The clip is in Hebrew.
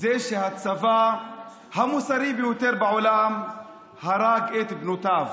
זה שהצבא המוסרי ביותר בעולם הרג את בנותיו.